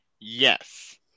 Yes